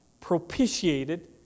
propitiated